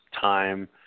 time